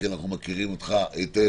כי אנחנו מכירים אותך היטב,